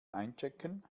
einchecken